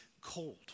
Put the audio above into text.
cold